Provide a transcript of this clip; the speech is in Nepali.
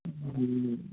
उम्म्